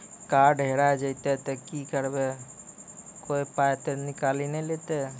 Card हेरा जइतै तऽ की करवै, कोय पाय तऽ निकालि नै लेतै?